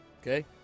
Okay